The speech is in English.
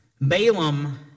Balaam